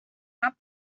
out